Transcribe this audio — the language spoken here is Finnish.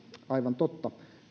aivan totta